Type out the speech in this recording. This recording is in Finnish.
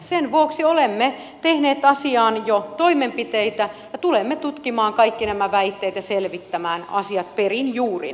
sen vuoksi olemme tehneet asiaan jo toimenpiteitä ja tulemme tutkimaan kaikki nämä väitteet ja selvittämään asiat perin juurin